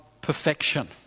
perfection